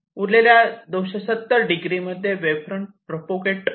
उरलेल्या 270 डिग्री मध्ये wave front propagate होत नाही